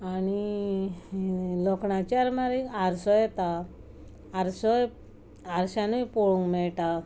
आनी लोखणाची आरमारीक हारसो येता आरशानूय पोळोवंक मेळटा